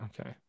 Okay